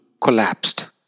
collapsed